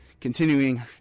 Continuing